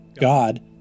God